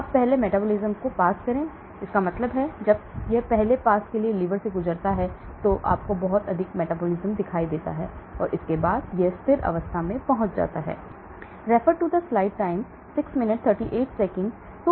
अब पहले मेटाबोलिज्म को पास करें इसका मतलब है कि जब यह पहले पास के लिवर से गुजरता है तो आपको बहुत अधिक मेटाबॉलिज्म दिखाई देता है और इसके बाद यह स्थिर अवस्था में पहुंच जाता है